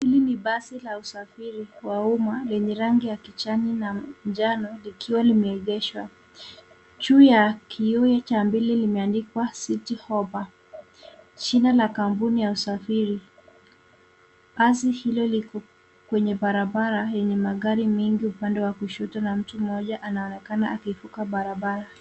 Hii ni basi la usafiri wa umma lenye rangi ya kijani na njano likiwa limeegeshwa. Juu ya kiowe cha mbili limeandikwa Citi Hoppa , jina la kampuni la usafiri. Basi hilo liko kwenye barabara yenye magari mengi upande wa kushoto na mtu mmoja anaonekana akivuka barabara.